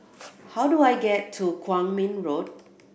how do I get to Kwong Min Road